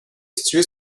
situé